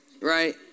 Right